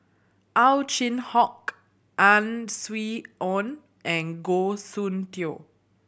Ow Chin Hock Ang Swee Aun and Goh Soon Tioe